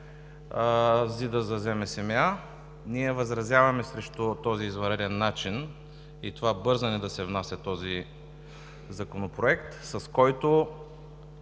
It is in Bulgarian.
администрация. Ние възразяваме срещу този извънреден начин и това бързане да се внася този законопроект, с който